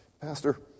Pastor